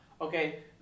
okay